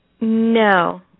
No